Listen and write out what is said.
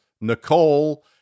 Nicole